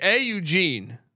Eugene